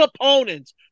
opponents